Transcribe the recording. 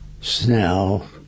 Snell